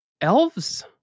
Elves